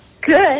Good